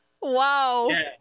wow